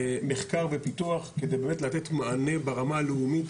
מחקר ופיתוח, כדי באמת לתת מענה ברמה הלאומית